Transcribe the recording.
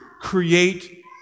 create